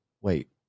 wait